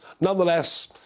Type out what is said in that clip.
Nonetheless